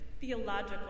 theological